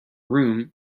room